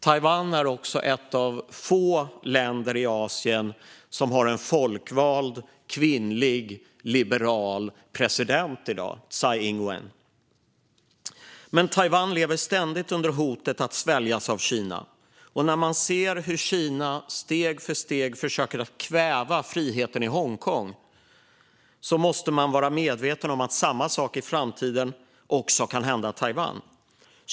Taiwan är i dag också ett av få länder i Asien som har en folkvald, kvinnlig, liberal president - Tsai Ing-wen. Men Taiwan lever ständigt under hotet att sväljas av Kina. När man ser hur Kina steg för steg försöker kväva friheten i Hongkong måste man vara medveten om att samma sak i framtiden kan hända Taiwan.